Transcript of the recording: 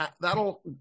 that'll